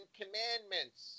commandments